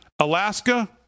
Alaska